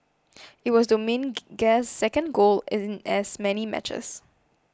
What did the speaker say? it was Dominguez's second goal in as many matches